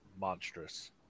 Monstrous